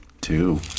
two